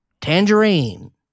Tangerine